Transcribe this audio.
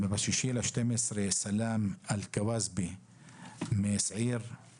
ב-6 בדצמבר נהרג סלאם חוסאם אלכוואזבה מסעיר ליד חברון.